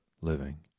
living